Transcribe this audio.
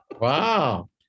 Wow